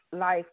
life